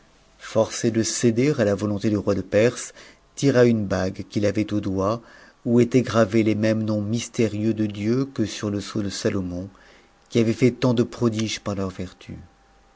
forcé de céder à ta volonté du roi de perse tira t'm bague qu'it avait au doigt où étaient gravés les mêmes noms mystcneux de dieu que sur le sceau de salomon qui avait nt tant de prodiges leur vertu